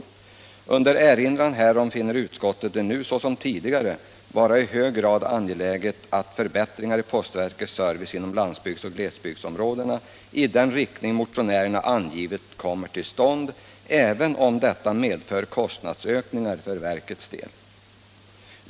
Un 8 der erinran härom finner utskottet det nu såsom tidigare vara i hög grad angeläget att förbättringar i postverkets service inom landsbygdsoch glesbygdsområdena i den riktning motionärerna angivit kommer till stånd även om detta medför kostnadsökningar för verkets del.